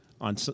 on